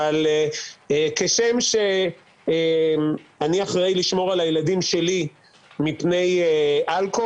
אבל כשם שאני אחראי לשמור על הילדים שלי מפני אלכוהול,